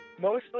Mostly